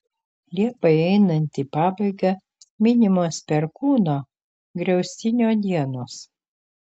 liepai einant į pabaigą minimos perkūno griaustinio dienos